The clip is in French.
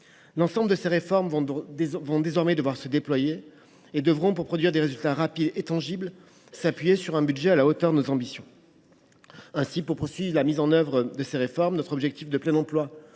L’ensemble de ces réformes vont désormais se déployer et devront, pour produire des résultats rapides et tangibles, s’appuyer sur un budget à la hauteur de notre ambition. Pour poursuivre la mise en œuvre de ces réformes, notre objectif de plein emploi